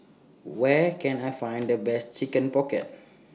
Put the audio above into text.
Where Can I Find The Best Chicken Pocket